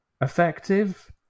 effective